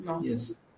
Yes